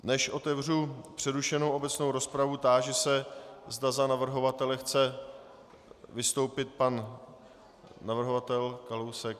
Než otevřu přerušenou obecnou rozpravu, táži se, zda za navrhovatele chce vystoupit pan navrhovatel Kalousek.